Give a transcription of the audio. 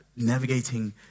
navigating